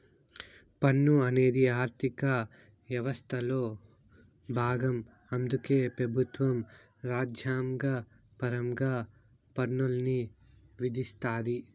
పన్ను అనేది ఆర్థిక యవస్థలో బాగం అందుకే పెబుత్వం రాజ్యాంగపరంగా పన్నుల్ని విధిస్తాది